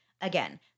Again